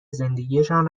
زندگیشان